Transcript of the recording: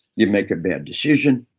you make a bad decision.